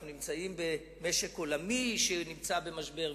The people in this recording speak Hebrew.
אנחנו במשק עולמי שנמצא במשבר,